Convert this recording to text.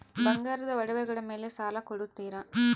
ಬಂಗಾರದ ಒಡವೆಗಳ ಮೇಲೆ ಸಾಲ ಕೊಡುತ್ತೇರಾ?